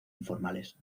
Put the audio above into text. informales